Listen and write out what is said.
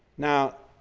now,